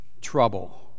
Trouble